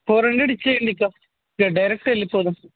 four hundred ఇవ్వండి ఇక direct వెళ్లిపోదాం